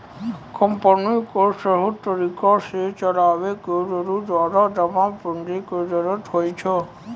company क सहि तरिका सह चलावे के लेलो ज्यादा जमा पुन्जी के जरुरत होइ छै